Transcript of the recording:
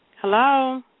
Hello